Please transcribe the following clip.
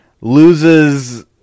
loses